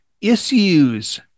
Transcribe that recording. issues